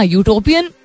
utopian